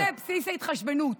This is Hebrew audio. מה זה "בסיס ההתחשבנות"?